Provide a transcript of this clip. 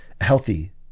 healthy